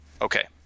okay